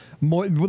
more